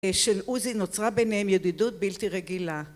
של עוזי, נוצרה ביניהם ידידות בלתי רגילה.